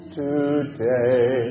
today